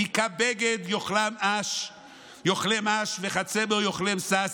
כי כבגד יאכלם עש וכצמר יאכלם סס